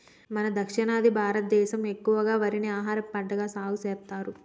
మన దక్షిణాది భారతదేసం ఎక్కువగా వరిని ఆహారపంటగా సాగుసెత్తారు